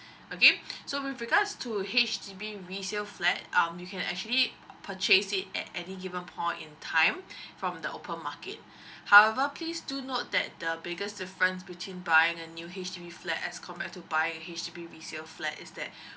okay so with regards to H_D_B resale flat um you can actually purchase it at any given point in time from the open market however please do note that the biggest difference between buying a new H_D_B flat as compared to buy a H_D_B resale flat is that